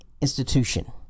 institution